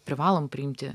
privalom priimti